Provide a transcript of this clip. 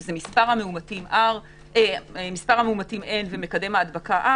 שזה מספר המאומתים ומקדם ההדבקה,